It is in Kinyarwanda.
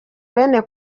bene